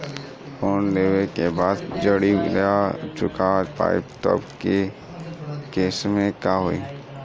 Loan लेवे के बाद जड़ी ना चुका पाएं तब के केसमे का होई?